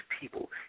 people